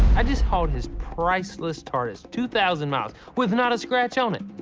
i just hauled his priceless tardis two thousand miles with not a scratch on it.